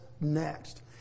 next